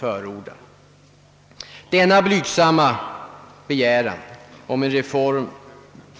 Jag tycker att denna blygsamma begäran om en reform